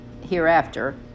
hereafter